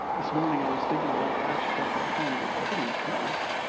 this morning i was thinking about acts, chapter twenty, it's pretty intense,